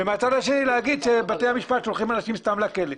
ומצד שני להגיד שבתי המשפט שולחים אנשים סתם לכלא.